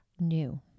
new